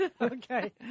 Okay